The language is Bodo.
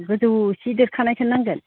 गोजौ एसे देरखानायखौ नांगोन